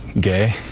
gay